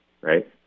right